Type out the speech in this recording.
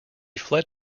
fled